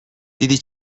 دیدی